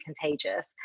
contagious